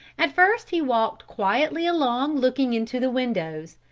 at first he walked quietly along looking into the windows,